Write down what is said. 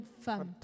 femme